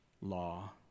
law